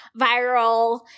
viral